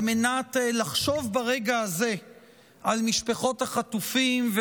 על מנת לחשוב ברגע הזה על משפחות החטופים.